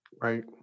right